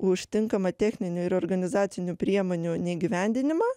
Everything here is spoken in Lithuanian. už tinkamą techninių ir organizacinių priemonių neįgyvendinimą